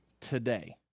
today